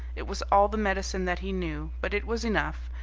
it was all the medicine that he knew. but it was enough.